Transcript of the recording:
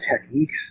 techniques